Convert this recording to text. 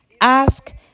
Ask